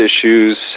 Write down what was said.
issues